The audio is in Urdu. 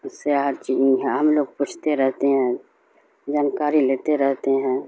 اس سے ہر چیز ہم لوگ پوچھتے رہتے ہیں جانکاری لیتے رہتے ہیں